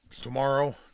tomorrow